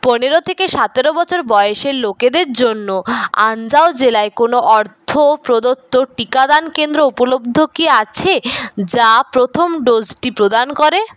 পনের থেকে সতের বছর বয়সের লোকেদের জন্য আনজাও জেলায় কোনও অর্থ প্রদত্ত টিকাদান কেন্দ্র উপলব্ধ কি আছে যা প্রথম ডোজটি প্রদান করে